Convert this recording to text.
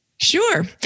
Sure